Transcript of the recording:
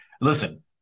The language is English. Listen